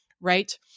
right